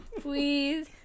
Please